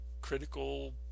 critical